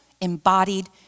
embodied